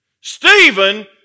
Stephen